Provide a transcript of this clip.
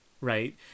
right